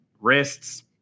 wrists